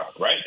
right